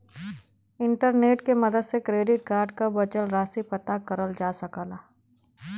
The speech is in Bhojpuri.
इंटरनेट के मदद से क्रेडिट कार्ड क बचल राशि पता करल जा सकला